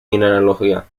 mineralogía